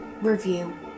review